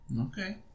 Okay